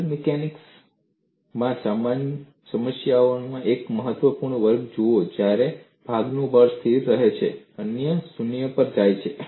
solid mechanics માં સમસ્યાઓનો એક મહત્વપૂર્ણ વર્ગ જુઓ જ્યારે ભાગનું બળ સ્થિર રહે છે અથવા શૂન્ય પર જાય છે